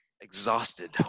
Exhausted